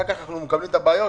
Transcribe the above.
אחר כך אנחנו שומעים על בעיות.